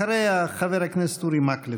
אחריה, חבר הכנסת אורי מקלב.